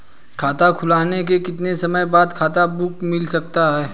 खाता खुलने के कितने समय बाद खाता बुक मिल जाती है?